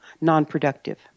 non-productive